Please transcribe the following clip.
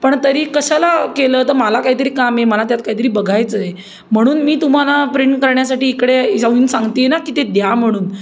पण तरी कशाला केलं तर मला काहीतरी काम आहे मला त्यात काहीतरी बघायचं आहे म्हणून मी तुम्हाला प्रिंट करण्यासाठी इकडे जाऊन सांगते आहे ना की ते द्या म्हणून